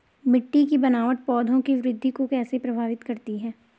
मिट्टी की बनावट पौधों की वृद्धि को कैसे प्रभावित करती है?